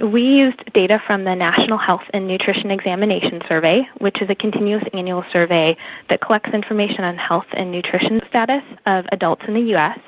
we used data from the national health and nutrition examination survey, which is a continuous annual survey that collects information on health and nutrition status of adults in the us,